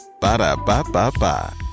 Ba-da-ba-ba-ba